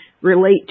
relate